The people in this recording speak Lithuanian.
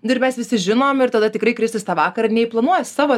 nu ir mes visi žinom ir tada tikrai kristis tą vakar nei planuojasi savo